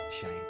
Shine